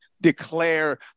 declare